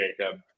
Jacob